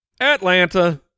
Atlanta